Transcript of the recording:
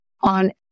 on